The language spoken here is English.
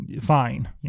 fine